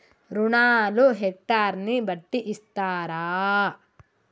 రుణాలు హెక్టర్ ని బట్టి ఇస్తారా?